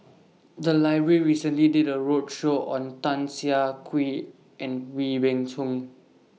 The Library recently did A roadshow on Tan Siah Kwee and Wee Beng Chong